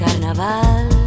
carnaval